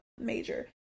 major